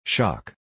Shock